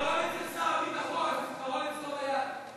הפתרון אצל שר הביטחון, הפתרון אצלו ביד.